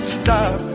stop